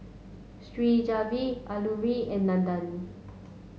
Shivaji Alluri and Nandan